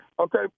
Okay